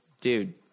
dude